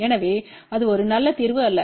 எனவே அது ஒரு நல்ல தீர்வு அல்ல